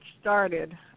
started